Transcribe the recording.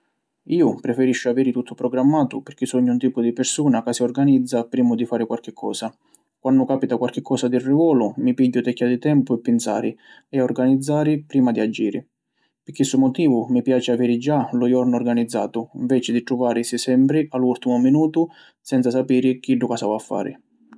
Iu preferisciu aviri tuttu programmatu pirchì sugnu un tipu di pirsuna ca si organizza primu di fari quarchi cosa. Quannu capita quarchi cosa di rivolu, mi pigghiu tecchia di tempu pi pinsari e organizzari prima di aggiri. Pi chissu motivu mi piaci aviri già lu jornu organizzatu nveci di truvarisi sempri a lu urtimu minutu senza sapiri chiddu ca s’avi a fari.